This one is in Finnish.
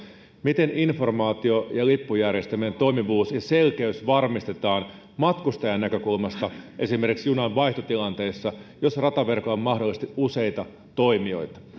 miten informaatio ja lippujärjestelmien toimivuus ja selkeys varmistetaan matkustajan näkökulmasta esimerkiksi junanvaihtotilanteessa jos rataverkolla on mahdollisesti useita toimijoita